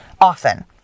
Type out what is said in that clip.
often